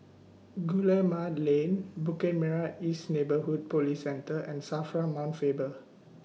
Guillemard Lane Bukit Merah East Neighbourhood Police Centre and SAFRA Mount Faber